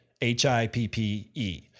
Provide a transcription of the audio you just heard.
H-I-P-P-E